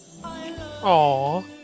Aww